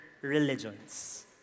religions